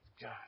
God